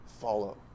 follow